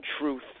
truth